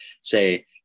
say